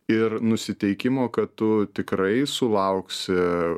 ir nusiteikimo kad tu tikrai sulauksi